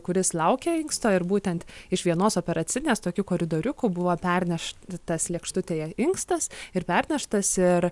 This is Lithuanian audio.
kuris laukia inksto ir būtent iš vienos operacinės tokiu koridoriuku buvo pernešti tas lėkštutėje inkstas ir perneštas ir